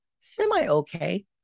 semi-okay